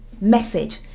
message